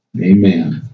Amen